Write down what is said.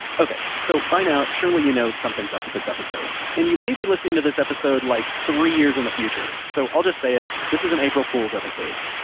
okay so, by now, surely you know something's up with this episode. and you may be listening to this episode like three years in the future. so i'll just say it, this is an april fools episode